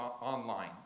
online